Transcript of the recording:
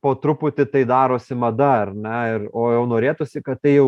po truputį tai darosi mada ar ne ir o jau norėtųsi kad tai jau